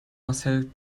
marcel